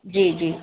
जी जी